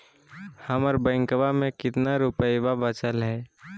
हमर बैंकवा में कितना रूपयवा बचल हई?